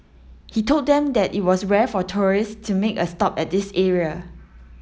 he told them that it was rare for tourists to make a stop at this area